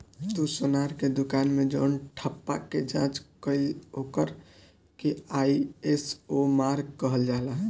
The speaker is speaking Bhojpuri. तू सोनार के दुकान मे जवन ठप्पा के जाँच कईल ओकर के आई.एस.ओ मार्क कहल जाला